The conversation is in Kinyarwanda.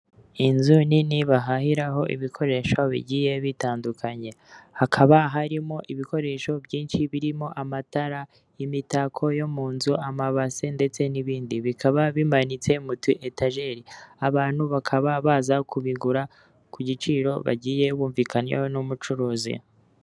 Inzu nini bahahiraho ibikoresho bigiye bitandukanye. Hakaba harimo ibikoresho byinshi birimo amatara, imitako yo munzu amabase ndetse n'bindi. Bikaba bimanitse mu tu etajeri abantu bakaba baza kubigura, kugiciro bagiye bumvikanyeho n'umucuruzi.